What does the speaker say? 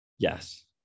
yes